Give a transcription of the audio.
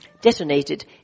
detonated